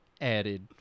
added